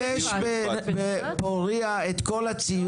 לא לא, יש בפורייה את כל הציוד.